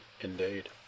indeed